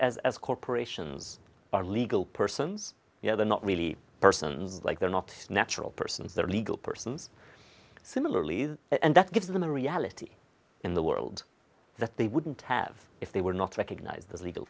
as as corporations are legal persons you know they're not really persons like they're not natural persons they're legal persons similarly and that gives them a reality in the world that they wouldn't have if they were not recognized as legal